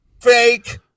Fake